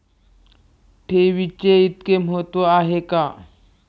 ठेवीचे इतके महत्व का आहे?